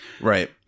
Right